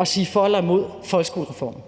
at sige, om man er for eller imod folkeskolereformen.